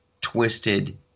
twisted